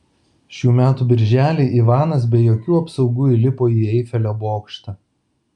šių metų birželį ivanas be jokių apsaugų įlipo į eifelio bokštą